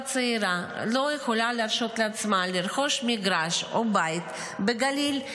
צעירה לא יכולה להרשות לעצמה לרכוש מגרש או בית בגליל.